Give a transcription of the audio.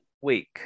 week